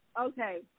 Okay